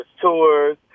tours